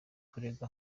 kurega